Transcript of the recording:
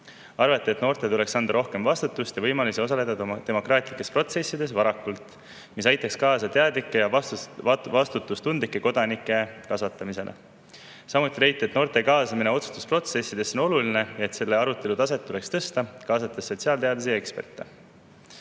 Arvati, et noortele tuleks anda rohkem vastutust ja võimalusi osaleda demokraatlikes protsessides varakult, see aitaks kaasa teadlike ja vastutustundlike kodanike kasvatamisele. Samuti leiti, et noorte kaasamine otsustusprotsessidesse on oluline ja et selle arutelu taset tuleks tõsta, kaasates sotsiaalteadlasi ja eksperte.